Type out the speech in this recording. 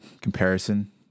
comparison